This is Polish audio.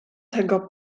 tego